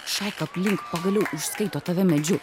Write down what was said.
šaika aplink pagaliau užskaito tave medžiu